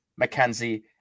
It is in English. mckenzie